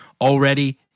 already